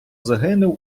загинув